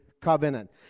covenant